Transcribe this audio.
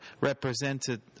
represented